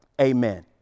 amen